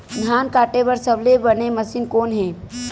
धान काटे बार सबले बने मशीन कोन हे?